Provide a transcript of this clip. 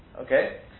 Okay